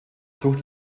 zucht